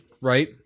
right